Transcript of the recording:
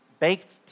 Baked